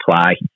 apply